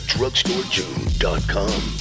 DrugstoreJune.com